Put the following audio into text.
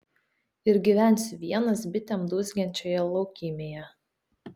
ir gyvensiu vienas bitėm dūzgiančioje laukymėje